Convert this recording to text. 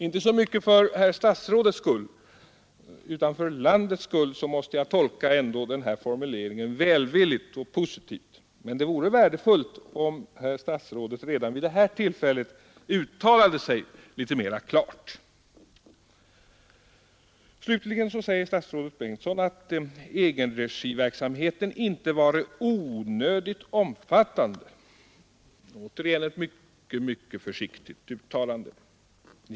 Inte så mycket för herr statsrådets skull som för landets skull måste jag ändå tolka formuleringen välvilligt och positivt, men det vore värdefullt om herr statsrådet redan vid det här tillfället uttalade sig litet klarare. Slutligen säger statsrådet Bengtsson att egenregiverksamheten inte varit onödigt omfattande. Återigen ett mycket försiktigt uttalande.